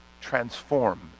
transform